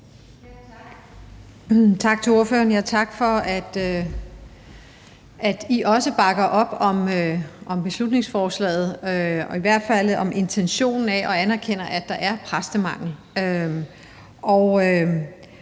Tak til ordføreren, og tak for, at I også bakker op om beslutningsforslaget, i hvert fald intentionen i det, og anerkender, at der er præstemangel.